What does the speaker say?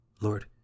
Lord